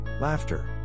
laughter